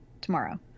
tomorrow